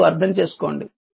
మీరు అర్థం చేసుకోండి